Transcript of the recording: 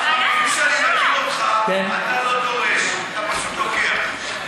כפי שאני מכיר אותך אתה לא דורש, אתה פשוט לוקח.